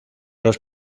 los